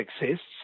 exists